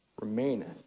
remaineth